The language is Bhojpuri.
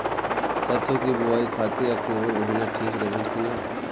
सरसों की बुवाई खाती अक्टूबर महीना ठीक रही की ना?